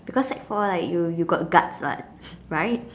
because sec four like you you got guts [what] right